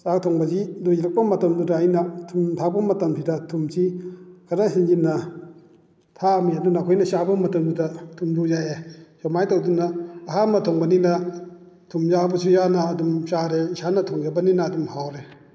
ꯆꯥꯛ ꯊꯣꯡꯕꯁꯤ ꯂꯣꯏꯁꯜꯂꯛꯄ ꯃꯇꯝꯗꯨꯗ ꯑꯩꯅ ꯊꯨꯝ ꯊꯥꯛꯄ ꯃꯇꯝꯁꯤꯗ ꯊꯨꯝꯁꯤ ꯈꯔ ꯍꯦꯟꯖꯤꯟꯅ ꯊꯥꯛꯑꯝꯃꯤ ꯑꯗꯨꯅ ꯑꯩꯈꯣꯏꯅ ꯆꯥꯕ ꯃꯇꯝꯗꯨꯗ ꯊꯨꯝꯗꯨ ꯌꯥꯛꯑꯦ ꯑꯁꯨꯃꯥꯏꯅ ꯇꯧꯗꯅ ꯑꯍꯥꯟꯕ ꯊꯣꯡꯕꯅꯤꯅ ꯊꯨꯝ ꯌꯥꯛꯑꯕꯁꯨ ꯌꯥꯛꯅ ꯑꯗꯨꯝ ꯆꯥꯔꯦ ꯏꯁꯥꯅ ꯊꯣꯡꯖꯕꯅꯤꯅ ꯑꯗꯨꯝ ꯍꯥꯎꯔꯦ